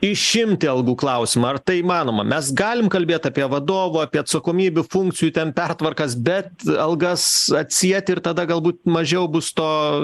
išimti algų klausimą ar tai įmanoma mes galim kalbėt apie vadovų apie atsakomybių funkcijų ten pertvarkas bet algas atsieti ir tada galbūt mažiau bus to